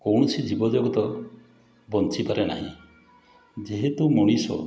କୌଣସି ଜୀବଜଗତ ବଞ୍ଚିପାରେ ନାହିଁ ଯେହେତୁ ମଣିଷ